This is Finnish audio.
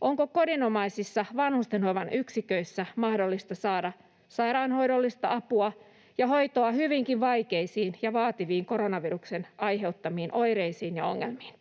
onko kodinomaisissa vanhustenhoivan yksiköissä mahdollista saada sairaanhoidollista apua ja hoitoa hyvinkin vaikeisiin ja vaativiin koronaviruksen aiheuttamiin oireisiin ja ongelmiin?